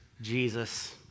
Jesus